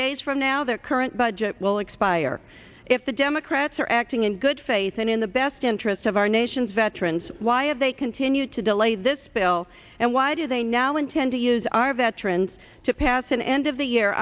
days from now their current budget will expire if the democrats are acting in good faith and in the best interests of our nation's veterans why have they continued to delay this bill and why do they now intend to use our veterans to pass an end of the year